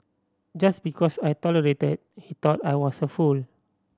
just because I tolerated he thought I was a fool